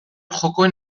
jokoen